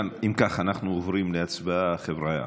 אם כך, אנחנו עוברים להצבעה, חבריא.